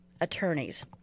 attorneys